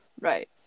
right